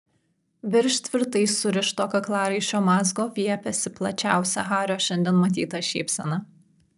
virš tvirtai surišto kaklaraiščio mazgo viepėsi plačiausia hario šiandien matyta šypsena